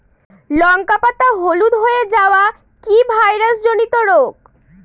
লঙ্কা পাতা হলুদ হয়ে যাওয়া কি ভাইরাস জনিত রোগ?